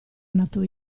nato